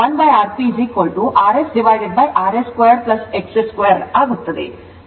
1Rprsrs 2 XS 2 ಆಗುತ್ತದೆ